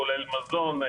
כולל מזון,